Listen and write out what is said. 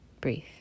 breathe